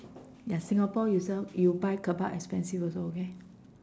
ya singapore you sell you buy kebab expensive also okay